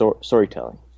storytelling